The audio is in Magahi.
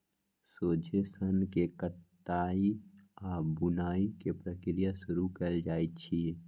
सोझे सन्न के कताई आऽ बुनाई के प्रक्रिया शुरू कएल जाइ छइ